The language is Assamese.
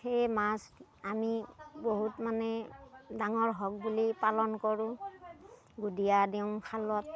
সেই মাছ আমি বহুত মানে ডাঙৰ হওক বুলি পালন কৰোঁ বুধিয়া দিওঁ খালত